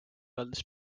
öeldes